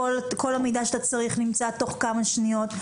כל המידע שאתה צריך נמצא תוך כמה שניות,